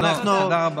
תודה רבה.